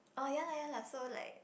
oh ya lah ya lah so like